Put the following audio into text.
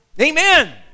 Amen